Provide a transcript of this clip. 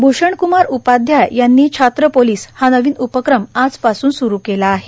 भूषणक्मार उपाध्याय यांनी छात्र पोलीस हा नवीन उपक्रम आजपासून सुरू केला आहे